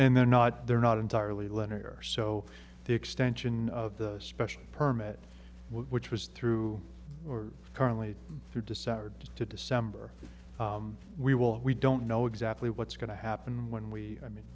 and they're not they're not entirely lehner so the extension of the special permit which was through or currently through december to december we will we don't know exactly what's going to happen when we i mean